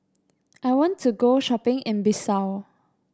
I want to go shopping in Bissau